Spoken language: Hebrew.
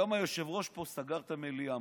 היום היושב-ראש סגר פה את המליאה.